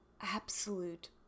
absolute